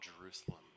Jerusalem